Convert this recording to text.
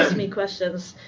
me questions.